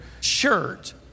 shirt